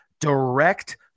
direct